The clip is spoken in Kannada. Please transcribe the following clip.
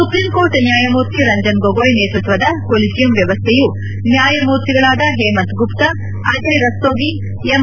ಸುಪ್ರೀಂಕೋರ್ಟ್ ನ್ಯಾಯಮೂರ್ತಿ ರಂಜನ್ ಗೊಗೊಯ್ ನೇತೃತ್ವದ ಕೊಲಿಜಿಯಂ ವ್ಯವಸ್ಠೆಯು ನ್ಯಾಯಮೂರ್ತಿಗಳಾದ ಪೇಮಂತ್ ಗುಪ್ತಾ ಅಜಯ್ ರಸ್ತೋಗಿ ಎಂ